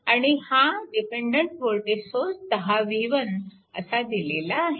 आणि हा dependent voltage source 10 v1 असा दिलेला आहे